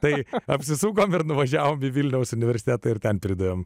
taip apsisuko ir nuvažiavo į vilniaus universitetą ir ten pridavėme